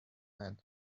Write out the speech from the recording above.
land